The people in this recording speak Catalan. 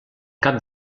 cap